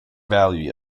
valley